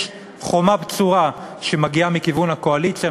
יש חומה בצורה שמגיעה מכיוון הקואליציה,